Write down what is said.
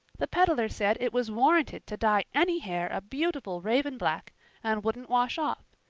the peddler said it was warranted to dye any hair a beautiful raven black and wouldn't wash off.